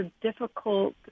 difficult